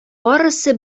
барысы